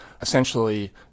essentially